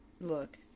look